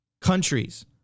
countries